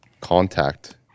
contact